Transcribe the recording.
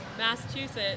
Massachusetts